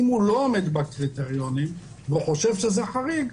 אם הוא לא עומד בקריטריונים וחושב שזה חריג,